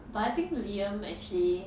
but I think liam actually